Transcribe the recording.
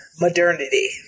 modernity